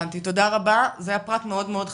תודה רבה, זה היה פרט מאוד מאוד חשוב.